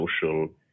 social